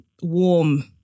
warm